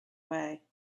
way